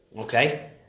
okay